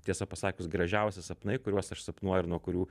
tiesą pasakius gražiausia sapnai kuriuos aš sapnuoju ir nuo kurių